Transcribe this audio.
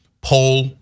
poll